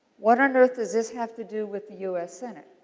what on earth does this have to do with the u s. senate?